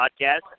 podcast